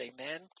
amen